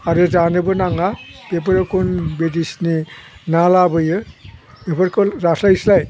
आरो जानोबो नाङा बेफोरो कुन बिदेसनि ना लाबोयो बेफोरखौ जास्लायस्लाय